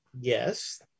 Yes